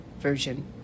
Version